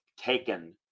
taken